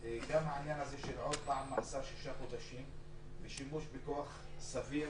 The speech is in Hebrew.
גם העניין הזה של עוד פעם מאסר שישה חודשים ושימוש בכוח סביר